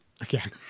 again